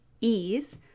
ease